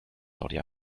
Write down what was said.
saudi